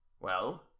Well